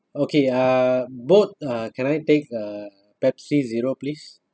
okay uh both uh can I take uh Pepsi Zero please